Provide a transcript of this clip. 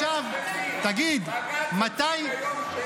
------ בג"ץ הוציא ביום שני.